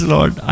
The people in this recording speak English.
Lord